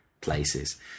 places